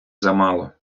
замало